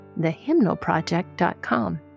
thehymnalproject.com